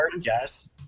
yes